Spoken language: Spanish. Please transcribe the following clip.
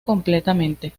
completamente